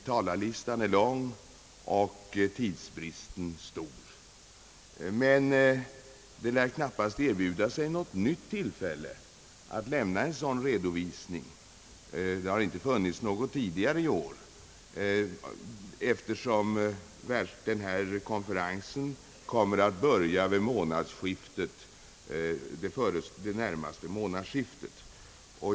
Talarlistan är lång och tidsbristen är stor. Det lär emellertid knappast erbjuda sig något nytt tillfälle att lämna en sådan redovisning. Det har inte heller funnits något tillfälle tidigare i år, eftersom världskonferensen kommer att börja vid det närmaste månadsskiftet.